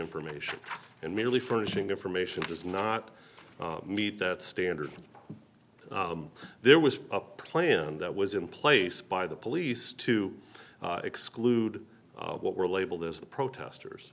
information and merely furnishing information does not meet that standard there was a plan that was in place by the police to exclude what were labeled as the protesters